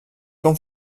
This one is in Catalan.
com